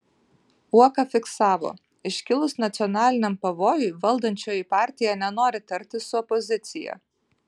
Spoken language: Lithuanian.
uoka fiksavo iškilus nacionaliniam pavojui valdančioji partija nenori tartis su opozicija